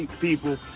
people